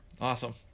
Awesome